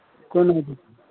कोन